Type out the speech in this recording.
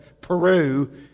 Peru